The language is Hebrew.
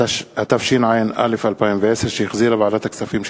התשע"א 2010, שהחזירה ועדת הכספים.